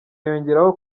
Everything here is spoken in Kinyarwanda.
yongeraho